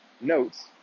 notes